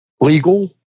legal